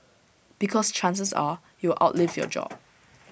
because chances are you will outlive your job